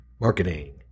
marketing